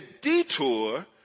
detour